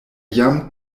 jam